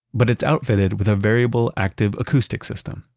but it's outfitted with a variable active acoustic system,